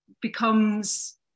becomes